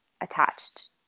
attached